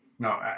No